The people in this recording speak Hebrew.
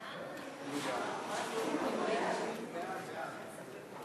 הצעת חוק התכנון והבנייה (תיקון מס' 103),